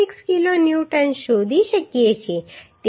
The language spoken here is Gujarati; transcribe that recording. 26 કિલોન્યૂટન શોધી શકીએ છીએ